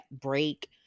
break